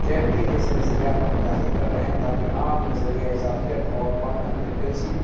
gravity جیسے نظریات پر تحقیق کر رہے ہیں تاکہ عام نظریہ اضافیت اور کوانٹم فریکوینسی